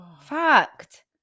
Fact